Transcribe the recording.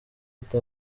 ati